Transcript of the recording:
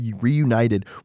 reunited